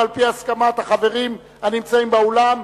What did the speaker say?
החוקים, על-פי הסכמת החברים הנמצאים באולם,